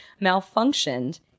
malfunctioned